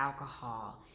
alcohol